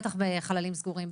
בטח בחללים סגורים,